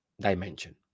dimension